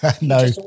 No